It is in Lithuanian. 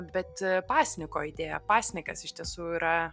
bet pasniko idėją pasnikas iš tiesų yra